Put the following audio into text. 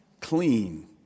clean